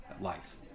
life